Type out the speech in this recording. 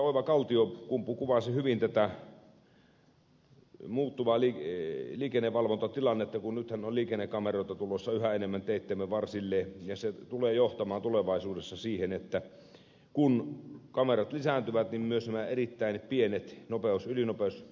oiva kaltiokumpu kuvasi hyvin tätä muuttuvaa liikennevalvontatilannetta kun nythän on liikennekameroita tulossa yhä enemmän teittemme varsille ja se tulee johtamaan tulevaisuudessa siihen että kun kamerat lisääntyvät myös nämä erittäin pienet ylinopeusrikesakot lisääntyvät